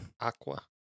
Aqua